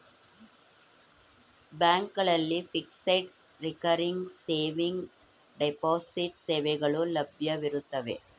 ಬ್ಯಾಂಕ್ಗಳಲ್ಲಿ fixed, recurring saving, deposit ಸೇವೆಗಳು ಲಭ್ಯವಿರುತ್ತವೆ